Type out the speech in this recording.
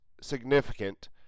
significant